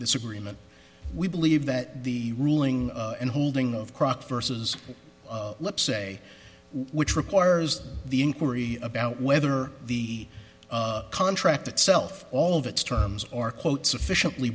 disagreement we believe that the ruling and holding of croc versus let's say which requires the inquiry about whether the contract itself all of its terms or quote sufficiently